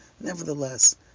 Nevertheless